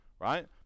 right